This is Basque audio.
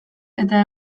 eta